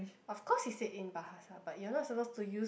of course he said in Bahasa but you are not supposed to use